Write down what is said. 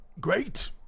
Great